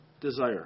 desire